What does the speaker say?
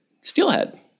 steelhead